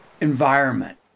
Environment